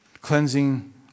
Cleansing